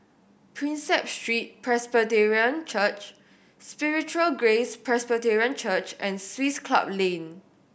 Prinsep Street Presbyterian Church Spiritual Grace Presbyterian Church and Swiss Club Lane